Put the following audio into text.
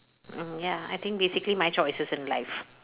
mm ya I think basically my choices in life